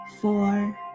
four